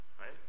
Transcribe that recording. Right